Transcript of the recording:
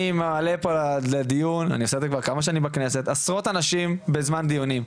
אני מעלה פה עשרות אנשים בזמן דיונים,